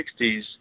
1960s